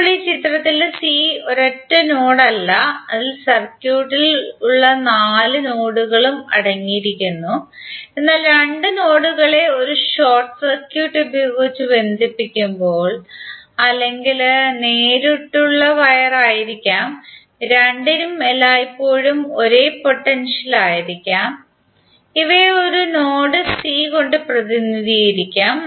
ഇപ്പോൾ ഈ ചിത്രത്തിൽ സി ഒരൊറ്റ നോഡ് അല്ല അതിൽ സർക്യൂട്ടിൽ ഉള്ള നാല് നോഡുകളും അടങ്ങിയിരിക്കുന്നു എന്നാൽ രണ്ട് നോഡുകളെ ഒരു ഷോർട്ട് സർക്യൂട്ട് ഉപയോഗിച്ച് ബന്ധിപ്പിക്കുമ്പോൾ അല്ലെങ്കിൽ നേരിട്ടുള്ള വയർ ആയിരിക്കാം രണ്ടിനും എല്ലായിപ്പോഴും ഒരേ പൊട്ടൻഷ്യൽ ആയിരിക്കാം ഇവയെ ഒരു നോഡ് സി കൊണ്ട് പ്രധിനിധികരിക്കാം